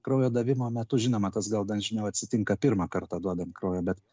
kraujo davimo metu žinoma tas gal dažniau atsitinka pirmą kartą duodant kraujo bet